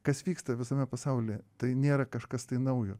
kas vyksta visame pasaulyje tai nėra kažkas naujo